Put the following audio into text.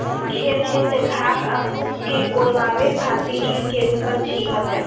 खेत में से घास आ फूस ओरवावे खातिर भी केमिकल छिड़कल जाला